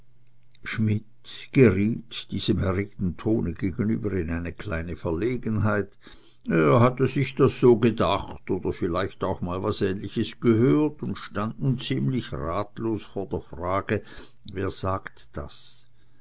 schmidt geriet diesem erregten tone gegenüber in eine kleine verlegenheit er hatte sich das so gedacht oder vielleicht auch mal etwas ähnliches gehört und stand nun ziemlich ratlos vor der frage wer sagt das